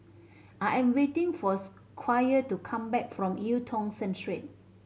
I am waiting for Squire to come back from Eu Tong Sen Street